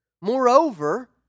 Moreover